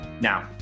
Now